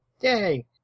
Yay